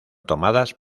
tomadas